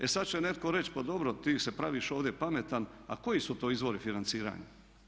E sada će netko reći pa dobro, ti se praviš ovdje pametan, a koji su to izvori financiranja.